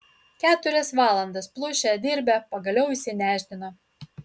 keturias valandas plušę dirbę pagaliau išsinešdino